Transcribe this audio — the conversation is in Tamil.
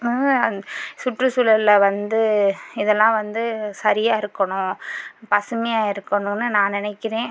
சூற்று சூழலில் வந்து இதெல்லாம் வந்து சரியாக இருக்கணும் பசுமையாக இருக்கணும்ன்னு நான் நினைக்கிறேன்